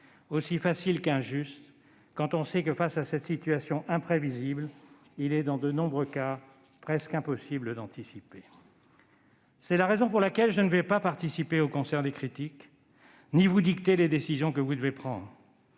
aussi facile qu'injuste quand on sait que, face à cette situation imprévisible, il est dans de nombreux cas presque impossible d'anticiper. C'est la raison pour laquelle je ne vais ni participer au concert des critiques ni vous dicter les décisions que vous devez prendre.